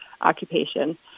occupation